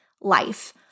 life